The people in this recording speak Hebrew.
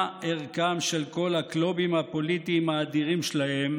מה ערכם של כל הקלובים הפוליטיים האדירים שלהם